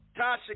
Tasha